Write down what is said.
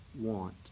want